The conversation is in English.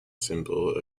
symbol